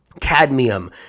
cadmium